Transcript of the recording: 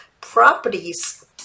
properties